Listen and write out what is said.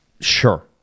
Sure